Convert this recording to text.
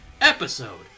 episode